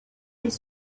les